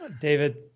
David